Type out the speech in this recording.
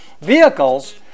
Vehicles